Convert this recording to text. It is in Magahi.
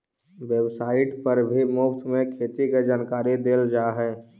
वेबसाइट पर भी मुफ्त में खेती के जानकारी देल जा हई